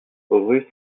rue